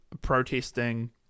protesting